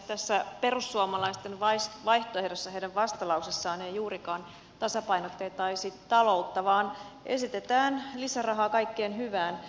tässä perussuomalaisten vaihtoehdossa heidän vastalauseessaan ei juurikaan tasapainotettaisi taloutta vaan esitetään lisärahaa kaikkeen hyvään